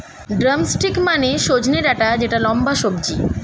drumstick মানে সজনে ডাটা যেটা লম্বা সবজি